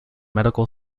medical